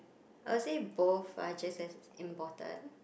I'll say both are just as important